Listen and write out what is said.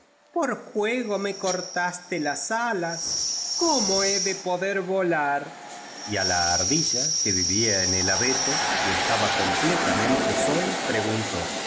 por juego me cortaste las alas cómo he de poder volar y á la ardilla que vivía en el abeto y estaba completa mente sola preguntó